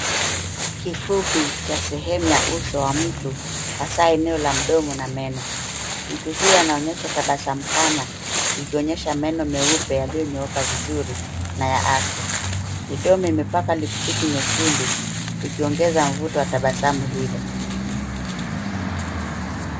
Kifupi cha sehemu ya uso wa mtu hasa eneo la mdomo na meno. Mtu huyu anaonyesha tabasamu pana, ikionyesha meno meupe yalionyooka vizuri na ya afya. Midomo imepakwa lipstiki nyekundu ikiongeza uvuto wa tabasamu hilo.